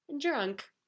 drunk